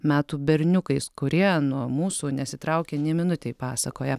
metų berniukais kurie nuo mūsų nesitraukė nė minutei pasakoja